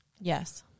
yes